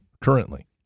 currently